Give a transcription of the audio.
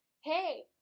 hey